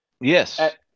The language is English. Yes